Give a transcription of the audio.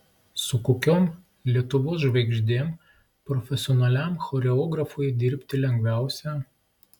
su kokiom lietuvos žvaigždėm profesionaliam choreografui dirbti lengviausia